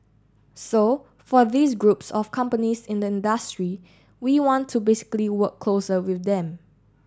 so for these groups of companies in the industry we want to basically work closer with them